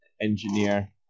Engineer